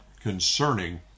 concerning